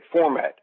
format